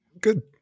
Good